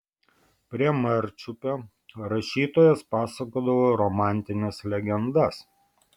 prie marčiupio rašytojas pasakodavo romantines legendas